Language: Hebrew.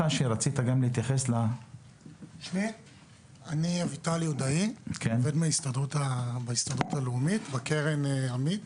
אני מן ההסתדרות הלאומית, מקרן עמית.